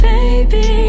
Baby